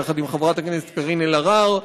יחד עם חברת הכנסת קארין אלהרר,